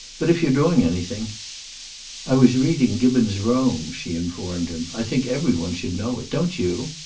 but if you're doing anything i was reading gibbon's rome, she informed him. i think every one should know it. don't you?